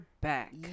back